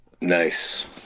Nice